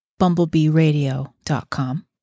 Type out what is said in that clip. BumblebeeRadio.com